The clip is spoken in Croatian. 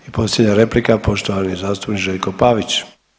Posljednja replika, poštovani zastupnik Željko Pavić.